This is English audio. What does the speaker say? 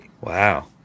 Wow